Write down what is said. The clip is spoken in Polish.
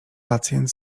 pacjent